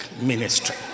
ministry